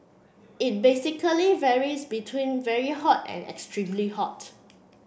it basically varies between very hot and extremely hot